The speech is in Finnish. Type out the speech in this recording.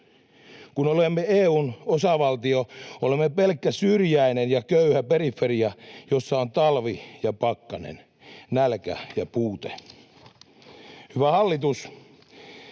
Kun olemme EU:n osavaltio, olemme pelkkä syrjäinen ja köyhä periferia, jossa on talvi ja pakkanen, nälkä ja puute. Hyvä hallitus,